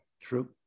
True